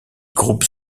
groupes